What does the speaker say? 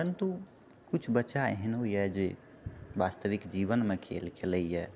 परन्तु कुछ बच्चा एहनो यऽ जे वास्तविक जीवनमऽ खेल खेलयए